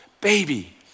baby